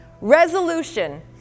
Resolution